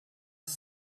ist